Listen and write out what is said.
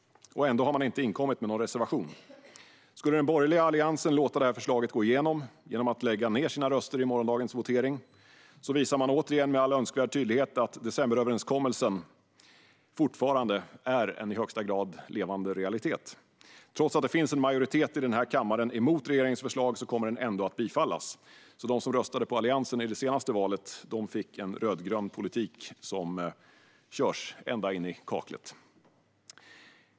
Ändå har de inte inkommit med någon reservation. Skulle den borgerliga Alliansen låta detta förslag gå igenom genom att lägga ned sina röster i morgondagens votering visar man återigen, med all önskvärd tydlighet, att decemberöverenskommelsen fortfarande är en i högsta grad levande realitet. Trots att det finns en majoritet i kammaren mot regeringens förslag kommer det ändå att bifallas. De som röstade för Alliansen i det senaste valet fick alltså en rödgrön politik som körs ända in i kaklet.